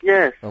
Yes